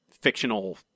fictional